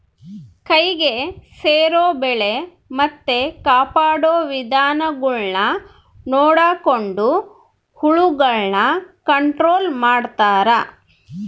ಕೈಗೆ ಸೇರೊ ಬೆಳೆ ಮತ್ತೆ ಕಾಪಾಡೊ ವಿಧಾನಗುಳ್ನ ನೊಡಕೊಂಡು ಹುಳಗುಳ್ನ ಕಂಟ್ರೊಲು ಮಾಡ್ತಾರಾ